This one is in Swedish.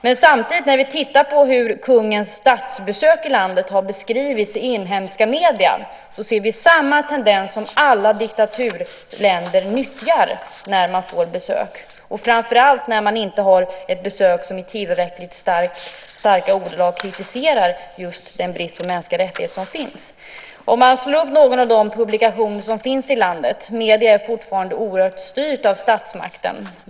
Men när vi tittar på hur kungens statsbesök i landet har beskrivits i inhemska medier ser vi samma tendens som alla diktaturländer nyttjar när de får besök - framför allt när det inte är ett besök som i tillräckligt starka ordalag kritiserar just den brist på mänskliga rättigheter som finns. Det märks när man slår upp någon av de publikationer som finns i landet. Medierna i landet är fortfarande oerhört styrda av statsmakten.